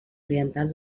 oriental